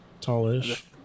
Tall-ish